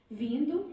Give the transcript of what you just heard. vindo